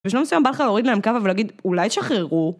ובשלב מסוים בא לך להוריד להם כאפה ולהגיד, אולי תשחררו.